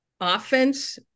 offense